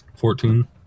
Fourteen